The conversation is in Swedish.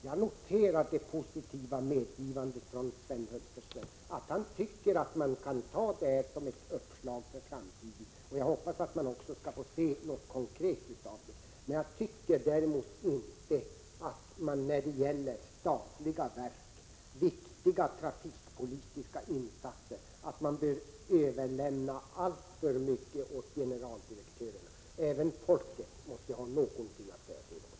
Jag noterar det positiva medgivandet från Sven Hulterström, att han tycker att man kan ta detta som ett uppslag för framtiden. Jag hoppas att vi också får se konkreta resultat. Däremot tycker jag inte att man när det gäller statliga verk och viktiga trafikpolitiska insatser skall överlämna alltför mycket åt generaldirektörerna. Även folket måste ha något att säga till om.